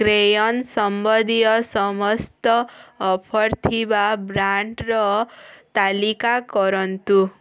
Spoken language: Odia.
କ୍ରେୟନ୍ ସମ୍ବନ୍ଧୀୟ ସମସ୍ତ ଅଫର୍ ଥିବା ବ୍ରାଣ୍ଡ୍ର ତାଲିକା କରନ୍ତୁ